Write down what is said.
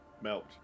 Melt